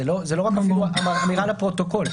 זו לא רק אמירה לפרוטוקול.